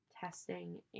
testing